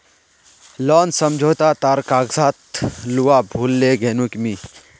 loan समझोता तार कागजात लूवा भूल ले गेनु मि